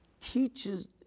teaches